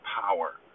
power